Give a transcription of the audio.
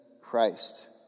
Christ